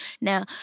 now